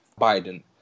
Biden